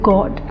God